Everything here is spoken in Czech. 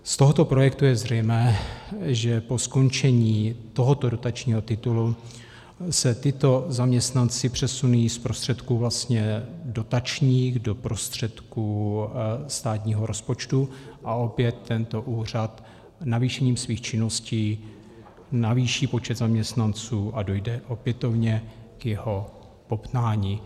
Z tohoto projektu je zřejmé, že po skončení tohoto dotačního titulu se tito zaměstnanci přesunují z prostředků vlastně dotačních do prostředků státního rozpočtu, a opět tento úřad navýšením svých činností navýší počet zaměstnanců a dojde opětovně k jeho bobtnání.